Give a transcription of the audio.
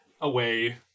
away